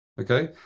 Okay